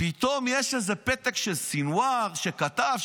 פתאום יש איזה פתק שסנוואר כתב,